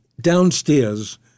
downstairs